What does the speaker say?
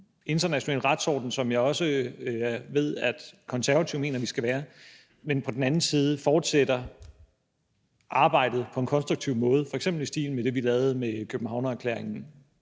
international retsorden, som jeg også ved at Konservative mener at vi skal være i, og på den anden side fortsætter arbejdet på en konstruktiv måde – f.eks. i stil med det, vi lavede med Københavnererklæringen?